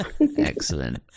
Excellent